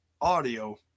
audio